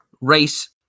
race